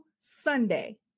Sunday